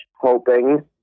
hoping